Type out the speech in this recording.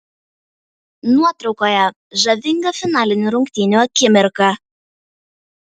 nuotraukoje žavinga finalinių rungtynių akimirka